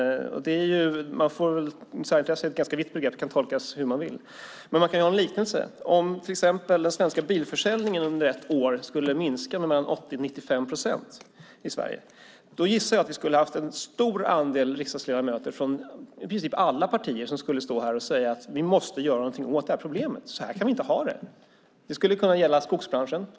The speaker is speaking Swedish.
Särintresse är ett ganska vitt begrepp som kan tolkas som man vill. Vi kan ta en liknelse. Om till exempel den svenska bilförsäljningen under ett år skulle minska med mellan 80 och 95 procent, gissar jag att en stor andel riksdagsledamöter från alla partier skulle säga att vi måste göra någonting åt problemet och att vi inte kan ha det så här. Det skulle kunna gälla skogsbranschen.